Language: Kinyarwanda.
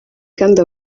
kandi